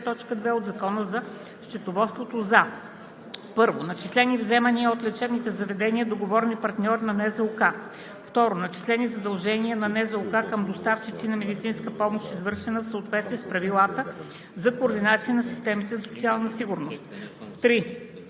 т. 2 от Закона за счетоводството, за: 1. Начислени „Вземания“ от лечебните заведения – договорни партньори на НЗОК; 2. Начислени „Задължения“ на НЗОК към доставчици на медицинска помощ, извършена в съответствие с правилата за координация на системите за социална сигурност; 3.